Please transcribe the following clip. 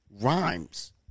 rhymes